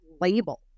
label